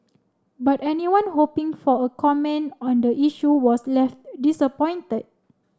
but anyone hoping for a comment on the issue was left disappointed